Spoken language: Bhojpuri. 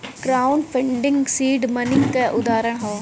क्राउड फंडिंग सीड मनी क उदाहरण हौ